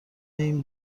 این